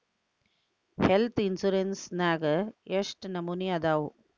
Health insurance ನ್ಯಾಗ್ ಯೆಷ್ಟ್ ನಮನಿ ಅದಾವು?